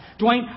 Dwayne